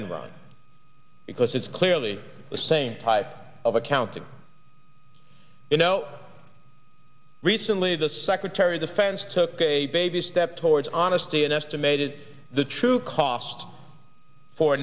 enron because it's clearly the same type of accounting you know recently the secretary of defense took a baby step towards honesty and estimated the true cost for